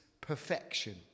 perfection